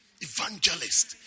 evangelist